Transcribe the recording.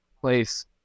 place